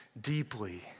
deeply